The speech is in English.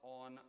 on